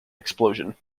explosion